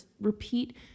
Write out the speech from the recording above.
repeat